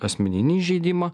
asmeninį įžeidimą